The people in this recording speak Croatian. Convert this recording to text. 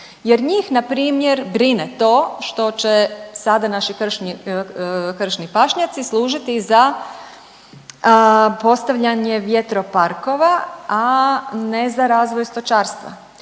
jer njih npr. brine to što će sada naši kršni pašnjaci služiti za postavljanje vjetroparkova, a ne za razvoj stočarstva